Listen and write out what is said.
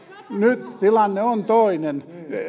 nyt tilanne on toinen ei